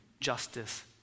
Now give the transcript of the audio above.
justice